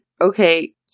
Okay